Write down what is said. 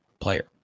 player